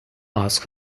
ask